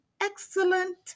excellent